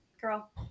girl